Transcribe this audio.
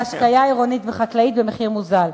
להשקיה עירונית וחקלאית במחיר מוזל.